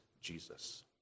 Jesus